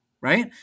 right